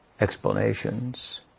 explanations